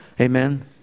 Amen